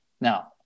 Now